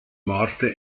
morte